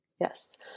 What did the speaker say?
Yes